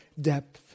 depth